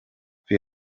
bhí